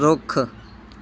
ਰੁੱਖ